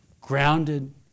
grounded